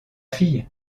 fille